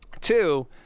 Two